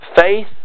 Faith